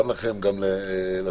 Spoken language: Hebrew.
גם לכם וגם לשב"ס,